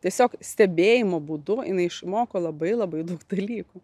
tiesiog stebėjimo būdu jinai išmoko labai labai daug dalykų